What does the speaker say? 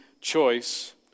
choice